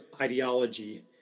ideology